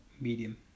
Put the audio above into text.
Medium